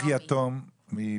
בוא ניקח יתום מפיגוע.